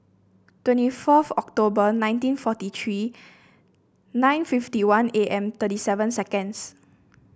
twenty fourth October nineteen forty three nine fifty one A M thirty seven seconds